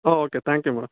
ah okay thank you madam